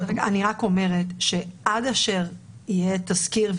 אני רק אומרת שעד אשר יהיה תזכיר,